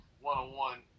one-on-one